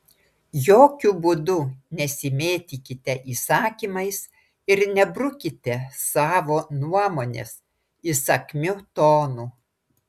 jokiu būdu nesimėtykite įsakymais ir nebrukite savo nuomonės įsakmiu tonu